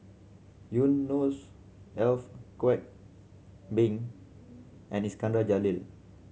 Ef Kwek Beng and Iskandar Jalil